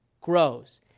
grows